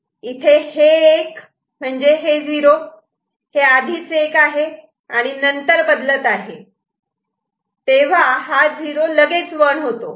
आणि इथे हे 1 म्हणजे हे 0 हे आधीच 1 आहे आणि नंतर बदल होत आहे तेव्हा हा 0 चा लगेच 1 होतो